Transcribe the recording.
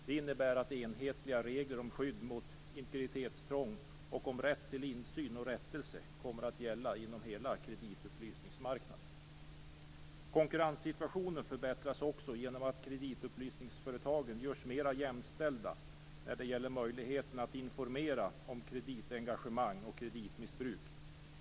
Det innebär att enhetliga regler om skydd mot integritetsintrång och om rätt till insyn och rättelse kommer att gälla inom hela kreditupplysningsmarknaden. Konkurrenssituationen förbättras också genom att kreditupplysningsföretagen görs mer jämställda när det gäller möjligheten att informera om kreditengagemang och kreditmissbruk.